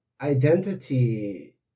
identity